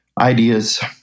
Ideas